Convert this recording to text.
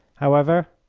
however,